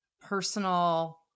personal